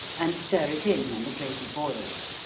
and stir it in when the gravy boils.